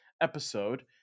episode